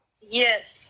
Yes